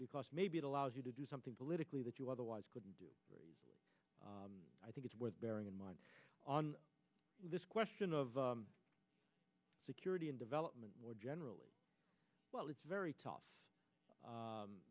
because maybe it allows you to do something politically that you otherwise couldn't do i think it's worth bearing in mind on this question of security and development or generally well it's very tough